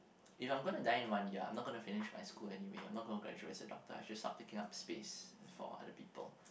if I'm gonna die in one year I'm not gonna finish up my school anyway I'm not gonna graduate as a doctor I should just start picking up space for other people